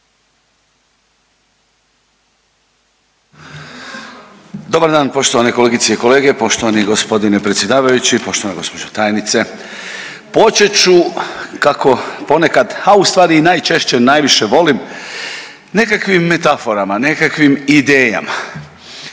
Dobar dan poštovane kolegice i kolege, poštovani gospodine predsjedavajući, poštovana gospođo tajnice. Počet ću kako ponekad, a u stvari i najčešće, najviše volim nekakvim metaforama, nekakvim idejama.